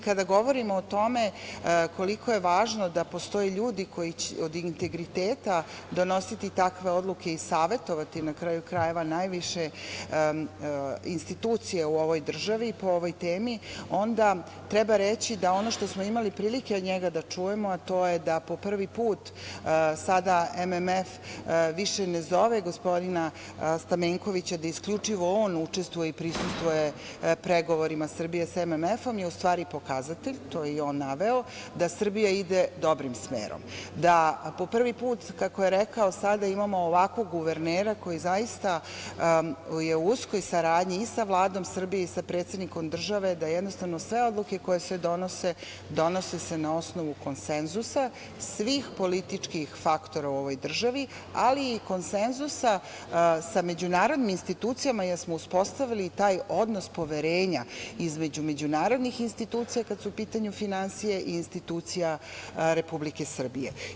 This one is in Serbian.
Kada govorimo o tome koliko je važno da postoje ljudi od integriteta koji će donositi takve odluke i savetovati, na kraju krajeva, najviše institucije u ovoj državi po ovoj temi, onda treba reći da ono što smo imali prilike od njega da čujemo, a to je da po prvi put sada MMF više ne zove gospodina Stamenkovića da isključivo on učestvuje i prisustvuje pregovorima Srbija sa MMF, je u stvari pokazatelj, to je i on naveo, da Srbija ide dobrim smerom, da po prvi put sada imamo ovakvog guvernera koji zaista je u uskoj saradnji i sa Vladom Srbije i sa predsednikom države, da sve odluke koje se donose donose se na osnovu konsenzusa svih političkih faktora u ovoj državi, ali i konsenzusa sa međunarodnim institucijama, jer smo uspostavili taj odnos poverenja između međunarodnih institucija kad su u pitanju finansije i institucija Republike Srbije.